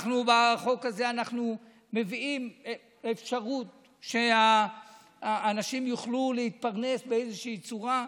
בחוק הזה אנחנו מביאים אפשרות שהאנשים יוכלו להתפרנס באיזושהי צורה,